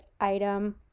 item